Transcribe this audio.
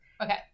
Okay